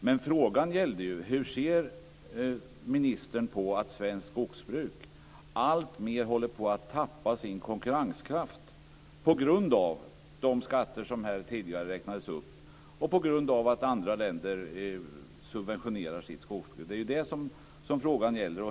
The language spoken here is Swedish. Men frågan gällde ju hur ministern ser på att svenskt skogsbruk alltmer håller på att tappa sin konkurrenskraft på grund av de skatter som här tidigare räknades upp och på grund av att andra länder subventionerar sitt skogsbruk. Det är det frågan gäller.